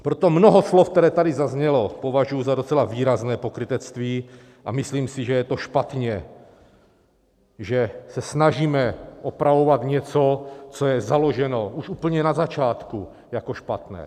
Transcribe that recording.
Proto mnoho slov, která tady zazněla, považuji za docela výrazné pokrytectví, a myslím si, že je to špatně, že se snažíme opravovat něco, co je založeno už úplně na začátku jako špatné.